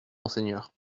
monseigneur